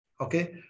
Okay